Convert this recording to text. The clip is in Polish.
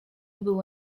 było